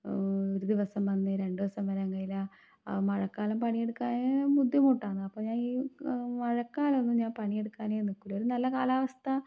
ഒരു ദിവസം വന്ന് രണ്ട് ദിവസം വരാൻ കഴിയില്ല മഴക്കാലം പണിയെടുക്കാൻ ബുദ്ധിമുട്ടാണ് അപ്പം ഞാൻ മഴക്കാലമൊന്നും ഞാൻ പണിയെടുക്കാനെ നിൽക്കില്ല ഒരു നല്ല കാലാവസ്ഥ